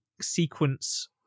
sequence